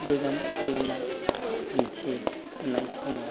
गोजान लामा हान्थिनाय समाव